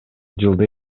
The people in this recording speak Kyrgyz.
жылдай